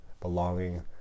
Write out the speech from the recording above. belonging